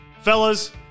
Fellas